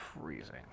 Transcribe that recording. freezing